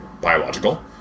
biological